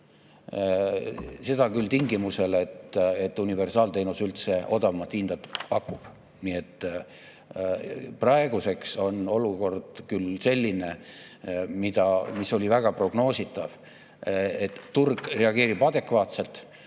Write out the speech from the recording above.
Seda küll tingimusel, et universaalteenus üldse odavamat hinda pakub. Praeguseks on olukord küll selline, mis oli väga prognoositav, et turg reageerib adekvaatselt: